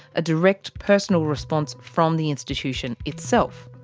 a direct personal response from the institution itself.